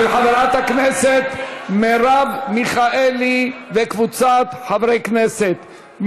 של חברת הכנסת מרב מיכאלי וקבוצת חברי הכנסת,